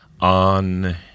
on